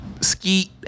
Skeet